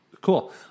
Cool